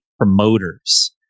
promoters